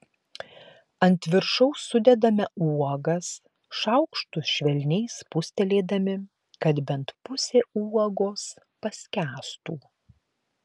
ant viršaus sudedame uogas šaukštu švelniai spustelėdami kad bent pusė uogos paskęstų